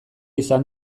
izan